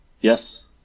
Yes